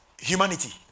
humanity